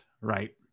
right